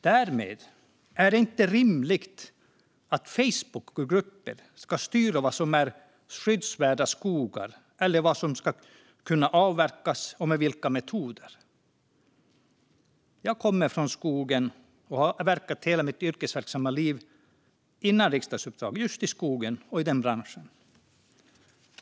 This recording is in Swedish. Därmed är det inte rimligt att Facebookgrupper ska styra vad som är skyddsvärda skogar eller vad som ska kunna avverkas och med vilka metoder. Jag kommer från skogen och har under hela mitt yrkesverksamma liv, före riksdagsuppdraget, verkat just i skogen och i den branschen.